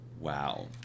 wow